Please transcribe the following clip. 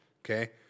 okay